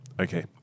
Okay